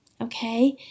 okay